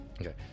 Okay